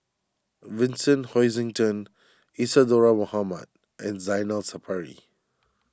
Vincent Hoisington Isadhora Mohamed and Zainal Sapari